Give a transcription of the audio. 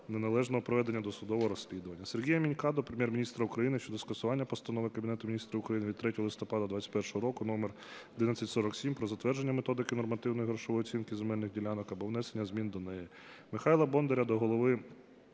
неналежного проведення досудового розслідування. Сергія Мінька до Прем'єр-міністра України щодо скасування Постанови Кабінету Міністрів України від 3 листопада 2021 року № 1147 "Про затвердження Методики нормативної грошової оцінки земельних ділянок" або внесення змін до неї.